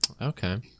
Okay